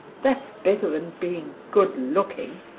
that's better than being good looking.